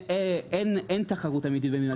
אין תחרות אמיתית במדינת ישראל.